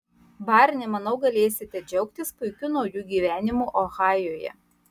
barni manau galėsite džiaugtis puikiu nauju gyvenimu ohajuje